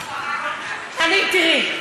תראי,